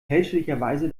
fälschlicherweise